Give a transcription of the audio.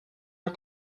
are